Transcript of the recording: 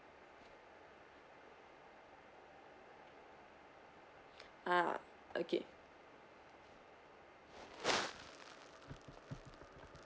ah okay